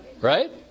Right